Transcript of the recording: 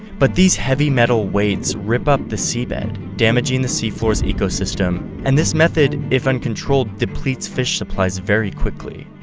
but these heavy metal weights rip up the seabed, damaging the sea floor's ecosystem and this method if uncontrolled depletes fish supplies very quickly.